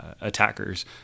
attackers